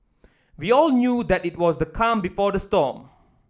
we all knew that it was the calm before the storm